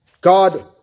God